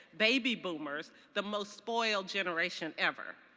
baby boomers, the most spoiled generation ever.